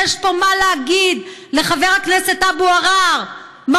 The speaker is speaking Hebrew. יש פה לחבר הכנסת אבו עראר מה להגיד.